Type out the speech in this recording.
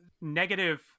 negative